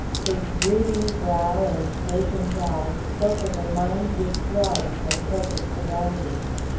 his brooding brow and vacant eye spoke of a mind withdrawn from present surroundings.